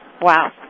Wow